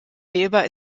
wählbar